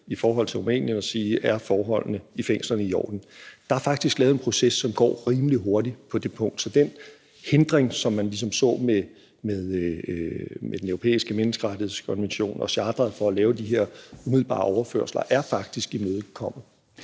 i forhold til Rumænien er inde at spørge: Er forholdene i fængslerne i orden? Der er faktisk lavet en proces, som går rimelig hurtigt, på det punkt, så den hindring, som man så med Den Europæiske Menneskerettighedskonvention og charteret, for at lave de her umiddelbare overførsler er faktisk fjernet.